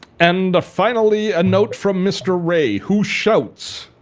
and finally, a note from mr. ray, who shouts,